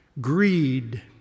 greed